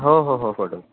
हो हो हो फोटो